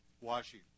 washing